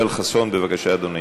יואל חסון, בבקשה, אדוני.